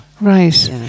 right